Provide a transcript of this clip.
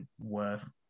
worth